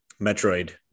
metroid